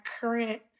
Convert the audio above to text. current